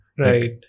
Right